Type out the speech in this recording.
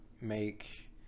make